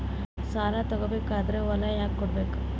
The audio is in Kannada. ಸಾಲ ತಗೋ ಬೇಕಾದ್ರೆ ಹೊಲ ಯಾಕ ಕೊಡಬೇಕು?